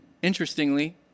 Interestingly